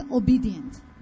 obedient